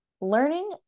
learning